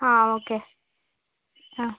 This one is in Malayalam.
ആ ഓക്കെ ആ